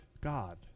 God